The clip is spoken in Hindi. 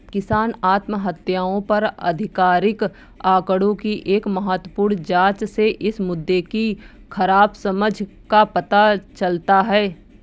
किसान आत्महत्याओं पर आधिकारिक आंकड़ों की एक महत्वपूर्ण जांच से इस मुद्दे की खराब समझ का पता चलता है